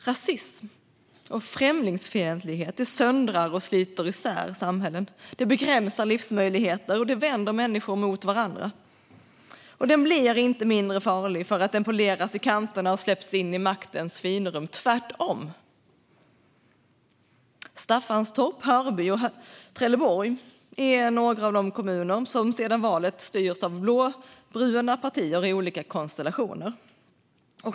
Rasism och främlingsfientlighet söndrar och sliter isär samhällen, begränsar livsmöjligheter och vänder människor mot varandra. Och den blir inte mindre farlig för att den poleras i kanterna och släpps in i maktens finrum - tvärtom. Staffanstorp, Hörby och Trelleborg är några av de kommuner som sedan valet styrs av blåbruna partier i olika konstellationer.